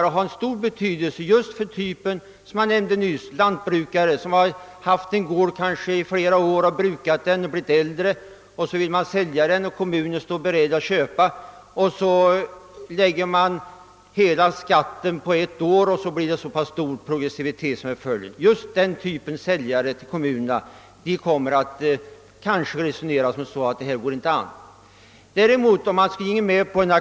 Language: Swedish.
Däremot har det stor betydelse för den typ av jordägare som brukat en gård i flera år och sedan vill sälja den på äldre dagar. Om kommunen då köper marken, uttas hela skatten under ett år och progressiviteten blir alltså mycket kännbar. Den typen av säljare kommer därför säkert att fin na, att det inte lönar sig att avyttra marken.